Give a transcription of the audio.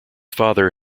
father